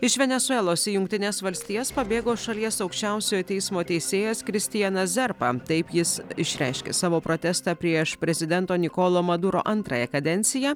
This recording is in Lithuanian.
iš venesuelos į jungtines valstijas pabėgo šalies aukščiausiojo teismo teisėjas kristianas zerpa taip jis išreiškė savo protestą prieš prezidento nikolo maduro antrąją kadenciją